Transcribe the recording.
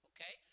Okay